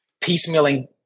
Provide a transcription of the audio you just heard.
piecemealing